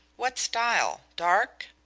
what style? dark?